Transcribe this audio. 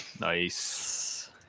Nice